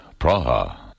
Praha